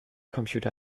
computer